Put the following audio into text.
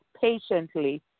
patiently